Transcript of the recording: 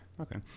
okay